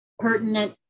Pertinent